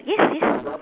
yes yes